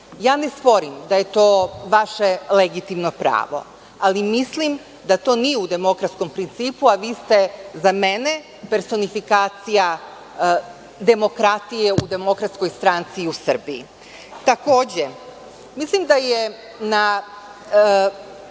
Ja ne sporim da je to vaše legitimno pravo, ali mislim da to nije u demokratskom principu, a vi ste, za mene, personifikacija demokratije u DS u Srbiji. Takođe, mislim da je na